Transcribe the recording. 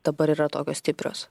dabar yra tokios stiprios